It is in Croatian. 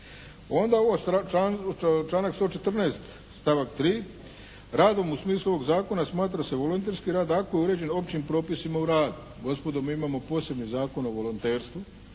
Onda ovaj članak 114. stavak 3. radom u smislu ovog zakona smatra se volonterski rad ako je uređen općim propisima o radu. Gospodo mi imamo posebni Zakon o volonterstvu